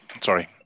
Sorry